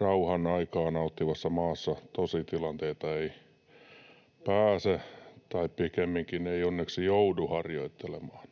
rauhan aikaa nauttivassa maassa tositilanteita ei pääse — tai pikemminkin ei onneksi joudu — harjoittelemaan.